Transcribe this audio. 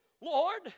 Lord